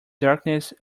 darkness